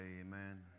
Amen